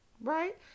right